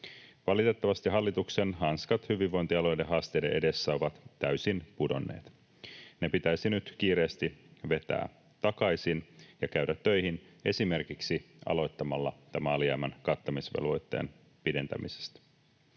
Valitettavasti hallituksen hanskat hyvinvointialueiden haasteiden edessä ovat täysin pudonneet. Ne pitäisi nyt kiireesti vetää takaisin ja käydä töihin, esimerkiksi aloittamalla tämän alijäämän kattamisvelvoitteen pidentämisestä.